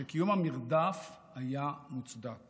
שקיום המרדף היה מוצדק